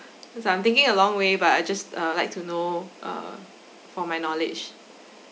that's why I'm thinking a long way but I just err like to know uh for my knowledge